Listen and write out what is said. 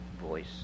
voice